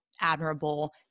admirable